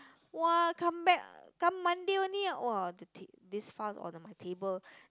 !wah! come back come Monday only !wah! the t~ this file on my table